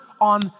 on